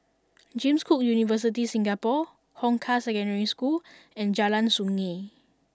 James Cook University Singapore Hong Kah Secondary School and Jalan Sungei